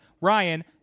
Ryan